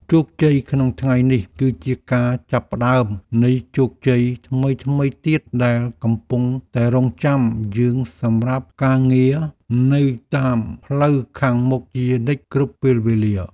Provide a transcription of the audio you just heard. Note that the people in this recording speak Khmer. ជោគជ័យក្នុងថ្ងៃនេះគឺជាការចាប់ផ្ដើមនៃជោគជ័យថ្មីៗទៀតដែលកំពុងតែរង់ចាំយើងសម្រាប់ការងារនៅតាមផ្លូវខាងមុខជានិច្ចគ្រប់ពេលវេលា។